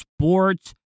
sports